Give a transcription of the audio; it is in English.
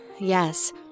yes